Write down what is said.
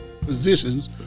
positions